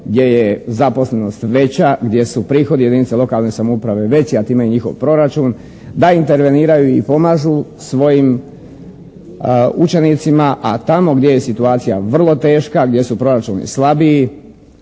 gdje je zaposlenost veća, gdje su prihodi jedinice lokalne samouprave veći, a time i njihov proračun da interveniraju i pomažu svojim učenicima, a tamo gdje je situacija vrlo teška, gdje su proračuni slabiji